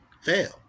fail